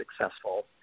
successful